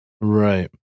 Right